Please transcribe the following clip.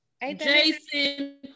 Jason